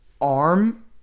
arm